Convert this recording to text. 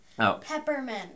Peppermint